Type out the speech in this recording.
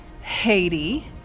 Haiti